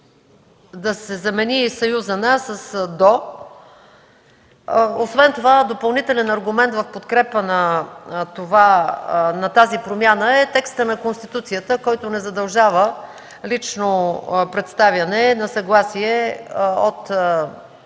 да се замени с „до”. Освен това, допълнителен аргумент в подкрепа на тази промяна е текстът на Конституцията, който не задължава лично представяне на съгласие от